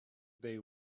they